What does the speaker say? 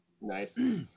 Nice